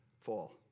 fall